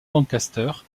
lancaster